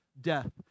death